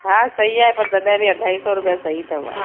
हा सही आहे पर तॾहिं बि अढाई सौ रुपिया सही अथव